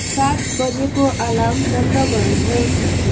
सात बजीको अलार्म बन्द गर्नुहोस्